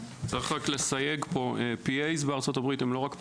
צריך רק לסייג פה: P.A בארצות-הברית הם לא רק פרמדיקים.